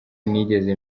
nigeze